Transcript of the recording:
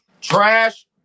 Trash